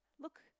Look